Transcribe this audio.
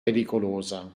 pericolosa